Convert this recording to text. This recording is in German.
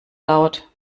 laut